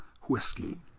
whiskey